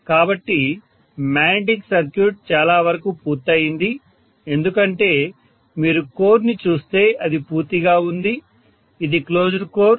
కాబట్టి magnetic circuit చాలా వరకు పూర్తయింది ఎందుకంటే మీరు కోర్ ని చూస్తే అది పూర్తిగా ఉంది ఇది క్లోజ్డ్ కోర్